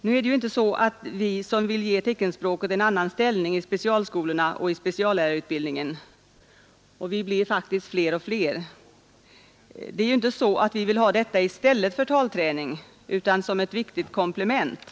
Nu är det inte så, att vi som vill ge teckenspråket en annan ställning i specialskolorna och i speciallärarutbildningen — och vi blir allt fler — vill ha detta i stället för talträning utan som ett viktigt komplement.